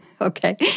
Okay